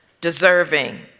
deserving